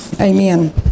Amen